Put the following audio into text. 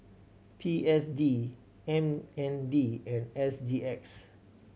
P S D M N D and S G X